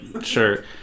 Sure